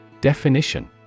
Definition